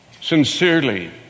sincerely